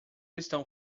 estão